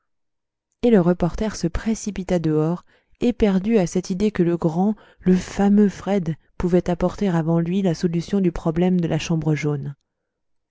et le reporter se précipita dehors éperdu à cette idée que le grand le fameux fred pouvait apporter avant lui la solution du problème de la chambre jaune